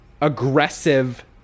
aggressive